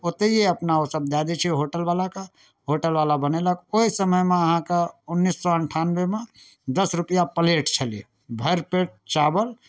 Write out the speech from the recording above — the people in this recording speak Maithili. ओतहिए अपना ओसभ दए दै छै ओहि होटलवलाकेँ होटलवला बनेलक ओहि समयमे अहाँके उन्नैस सए अन्ठानबेमे दस रुपैआ प्लेट छलै भरि पेट चावल